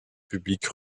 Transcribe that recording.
publiques